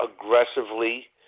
aggressively